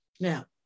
Now